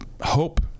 hope